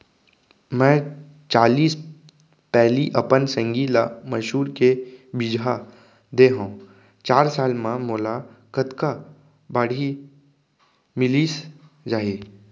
मैं चालीस पैली अपन संगी ल मसूर के बीजहा दे हव चार साल म मोला कतका बाड़ही मिलिस जाही?